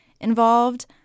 involved